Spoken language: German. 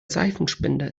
seifenspender